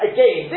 Again